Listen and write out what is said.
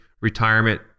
retirement